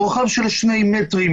רוחב של שני מטרים,